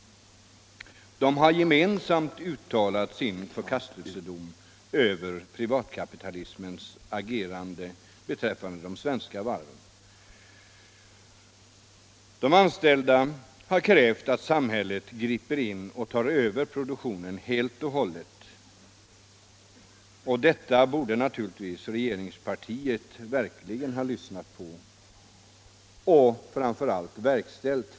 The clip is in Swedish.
De har gemensamt uttalat sin förkastelsedom över privatkapitalismens agerande beträffande de svenska varven. De anställda har krävt att samhället griper in och tar över produktionen helt och hållet. Dessa krav borde naturligtvis regeringspartiet ha lyssnat till och för länge sedan verkställt.